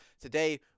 today